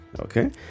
okay